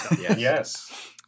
Yes